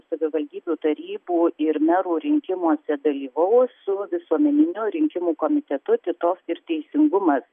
savivaldybių tarybų ir merų rinkimuose dalyvaus su visuomeniniu rinkimų komitetu titov ir teisingumas